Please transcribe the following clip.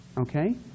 Okay